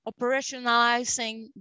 operationalizing